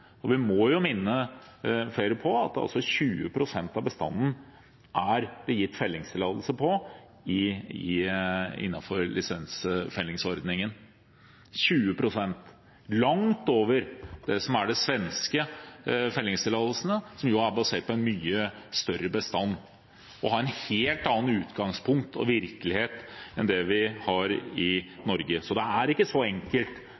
Vi må minne flere på at 20 pst. av bestanden er det gitt fellingstillatelse på, innenfor lisensfellingsordningen – 20 pst., langt over det som er de svenske fellingstillatelsene, som er basert på en mye større bestand og har et helt annet utgangspunkt og annen virkelighet enn det vi har i Norge. Så det er ikke så enkelt